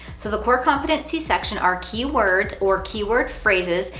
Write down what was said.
so the core competencies section are keywords, or keyword phrases,